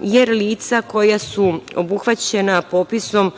jer lica koja su obuhvaćena popisom,